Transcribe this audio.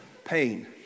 pain